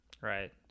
right